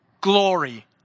glory